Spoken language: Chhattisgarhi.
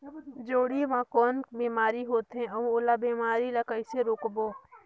जोणी मा कौन बीमारी होथे अउ ओला बीमारी ला कइसे रोकबो?